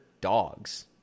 dogs